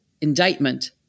indictment